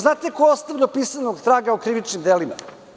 Znate ko ostavlja pisanog traga u krivičnim delima?